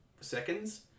seconds